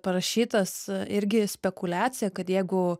parašytas irgi spekuliacija kad jeigu